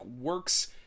works